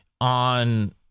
on